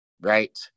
right